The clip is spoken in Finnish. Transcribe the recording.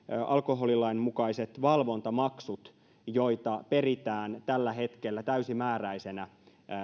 alkoholilain mukaiset valvontamaksut joita peritään tällä hetkellä täysimääräisenä